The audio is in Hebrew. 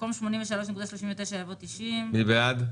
במקום 83.39 יבוא 86. מי בעד?